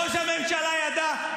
ראש הממשלה ידע,